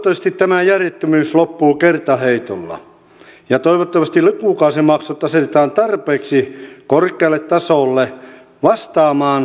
toivottavasti tämä järjettömyys loppuu kertaheitolla ja toivottavasti lukukausimaksut asetetaan tarpeeksi korkealle tasolle vastaamaan korkeatasoista koulutusjärjestelmäämme